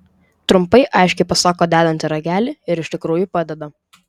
trumpai aiškiai pasako dedanti ragelį ir iš tikrųjų padeda